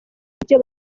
ibyo